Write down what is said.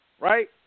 right